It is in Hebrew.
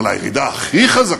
אבל הירידה הכי חזקה,